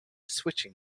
switching